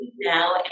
now